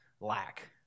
lack